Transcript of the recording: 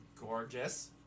gorgeous